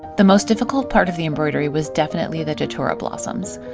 the most difficult part of the embroidery was definitely the datura blossoms.